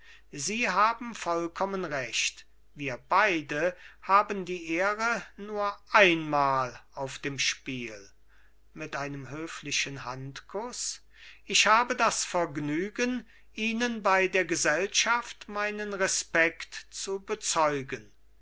sie haben vollkommen recht wir beide haben die ehre nur einmal auf dem spiel mit einem höflichen handkuß ich habe das vergnügen ihnen bei der gesellschaft meinen respekt zu bezeugen